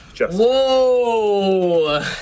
Whoa